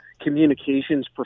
communications